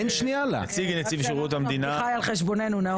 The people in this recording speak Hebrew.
הוא לא נכנס לבדיקה ההיא, אבל זה באמת מורכב.